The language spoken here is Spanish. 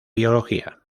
biología